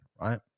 right